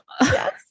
Yes